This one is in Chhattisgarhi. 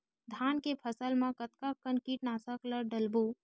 धान के फसल मा कतका कन कीटनाशक ला डलबो?